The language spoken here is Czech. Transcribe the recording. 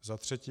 Za třetí.